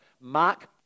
Mark